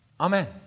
Amen